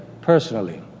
personally